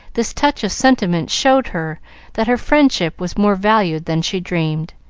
this touch of sentiment showed her that her friendship was more valued than she dreamed.